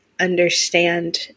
understand